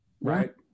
Right